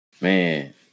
Man